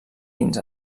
fins